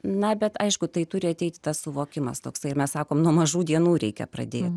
na bet aišku tai turi ateiti tas suvokimas toksai ir mes sakome nuo mažų dienų reikia pradėti